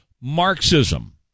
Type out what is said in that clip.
Marxism